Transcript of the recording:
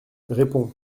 réponds